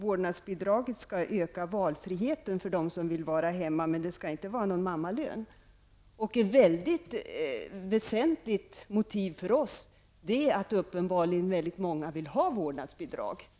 Vårdnadsbidraget skall öka valfriheten för dem som vill vara hemma, men det skall inte vara någon mammalön. Ett väsentligt motiv är att uppenbarligen väldigt många vill ha vårdnadsbidrag.